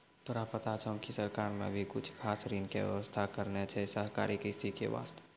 तोरा पता छौं कि सरकार नॅ भी कुछ खास ऋण के व्यवस्था करनॅ छै सहकारी कृषि के वास्तॅ